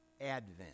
advent